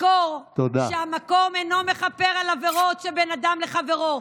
תזכור שהמקום אינו מכפר על עבירות שבין אדם לחברו,